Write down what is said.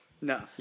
No